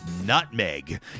nutmeg